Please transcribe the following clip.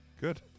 Good